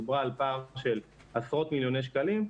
דיברה על פער של עשרות מיליוני שקלים.